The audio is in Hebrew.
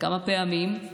כמה פעמים?